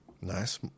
Nice